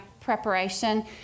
preparation